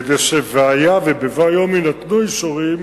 כדי שהיה ובבוא היום יינתנו אישורים,